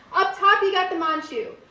up top, you've got the manchu.